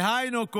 דהיינו,